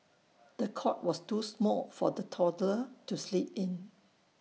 the cot was too small for the toddler to sleep in